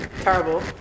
terrible